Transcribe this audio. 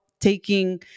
taking